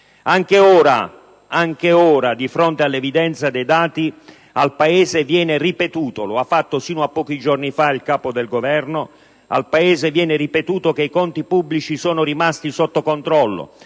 Anche ora, di fronte all'evidenza dei dati, al Paese viene ripetuto - come ha fatto sino a pochi giorni fa il Capo del Governo - che i conti pubblici sono rimasti sotto controllo